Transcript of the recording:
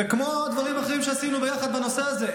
וכמו בדברים האחרים שעשינו ביחד בנושא הזה,